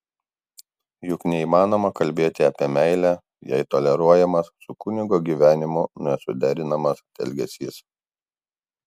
juk neįmanoma kalbėti apie meilę jei toleruojamas su kunigo gyvenimu nesuderinamas elgesys